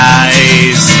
eyes